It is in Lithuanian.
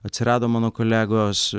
atsirado mano kolegos